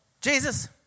Jesus